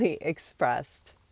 expressed